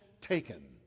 taken